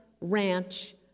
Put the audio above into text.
ranch